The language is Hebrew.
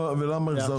ולמה החזרתם אותו?